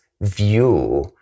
view